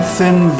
thin